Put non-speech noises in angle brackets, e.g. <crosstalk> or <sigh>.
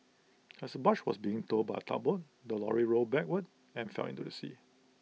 <noise> as the barge was being towed by A tugboat the lorry rolled backward and fell into the sea